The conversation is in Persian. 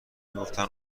میگفتن